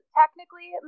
technically